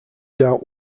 doubt